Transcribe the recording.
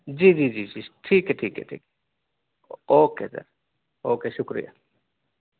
جی جی جی جی ٹھیک ہے ٹھیک ہے ٹھیک ہے اوکے سر اوکے شُکریہ